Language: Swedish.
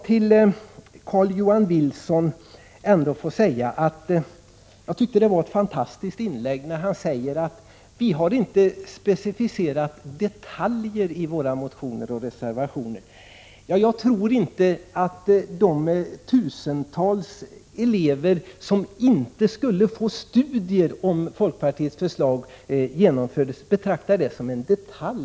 Carl-Johan Wilson gjorde ett fantastiskt inlägg när han sade att folkpartiet inte specificerat detaljer i sina motioner och reservationer. Jag tror inte att de tusentals elever som inte skulle få studera om folkpartiets förslag genomfördes betraktar detta som en detalj.